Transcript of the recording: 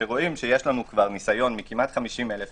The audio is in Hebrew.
ויש לנו ניסיון של כמעט 50,000 מקרים,